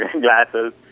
glasses